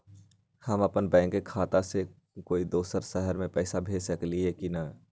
हम अपन बैंक खाता से कोई दोसर शहर में पैसा भेज सकली ह की न?